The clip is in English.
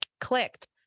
clicked